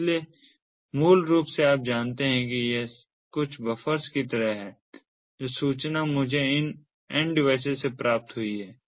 इसलिए मूल रूप से आप जानते हैं कि यह कुछ बफ़र्स की तरह है जो सूचना मुझे इन एंड डिवाइसेस से प्राप्त हुई है